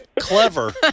clever